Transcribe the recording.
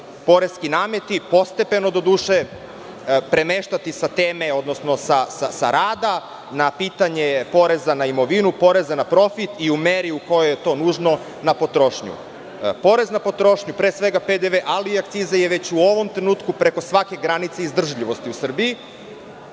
poreski nameti postepeno, doduše, premeštati sa teme, odnosno sa rada na pitanje poreza na imovinu, poreza na profit i u meri u kojoj je to nužno, na prošnju. Porez na potrošnju, pre svega PDV, ali i akciza je već u ovom trenutku preko svake granice izdržljivosti u Srbiji.